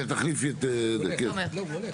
לאה